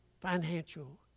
financial